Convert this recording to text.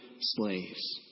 slaves